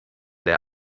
der